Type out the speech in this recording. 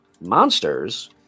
monsters